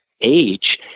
age